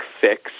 Fix